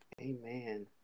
amen